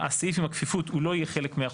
הסעיף עם הכפיפות הוא לא יהיה חלק מהחוק,